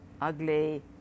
Ugly